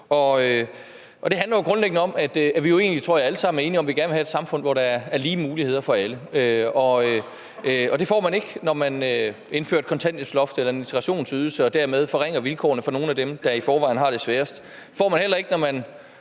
Det handler jo grundlæggende om, at vi egentlig, tror jeg, alle sammen er enige om, at vi gerne vil have et samfund, hvor der er lige muligheder for alle. Og det får man ikke, når man indfører kontanthjælpsloft og integrationsydelse og dermed forringer vilkårene for nogle af dem, der i forvejen har det sværest. Det får man heller ikke, når man